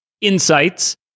insights